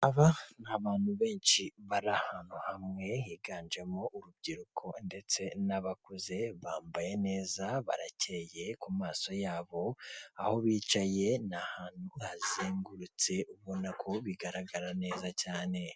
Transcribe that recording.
Aba ni abantu benshi bari ahantu hamwe higanjemo urubyiruko ndetse n'abakuze, bambaye neza, barakeye ku maso yabo, aho bicaye ni ahantu hazengurutse, ubona ko bigaragara neza cyane.